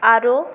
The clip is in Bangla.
আরও